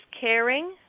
caring